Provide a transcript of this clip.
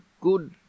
good